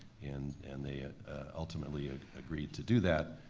and and they ultimately ah agreed to do that